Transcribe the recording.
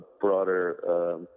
broader